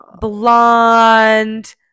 Blonde